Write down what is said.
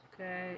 Okay